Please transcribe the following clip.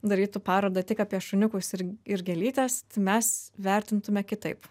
darytų parodą tik apie šuniukus ir ir gėlytes mes vertintume kitaip